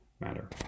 matter